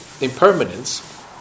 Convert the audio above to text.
impermanence